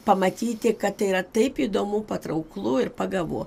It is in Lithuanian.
pamatyti kad tai yra taip įdomu patrauklu ir pagavu